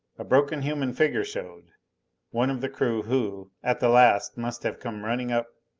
a broken human figure showed one of the crew who, at the last, must have come running up.